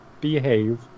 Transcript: behave